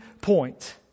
point